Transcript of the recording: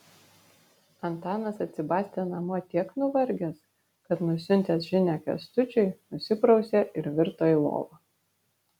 antanas atsibastė namo tiek nuvargęs kad nusiuntęs žinią kęstučiui nusiprausė ir virto į lovą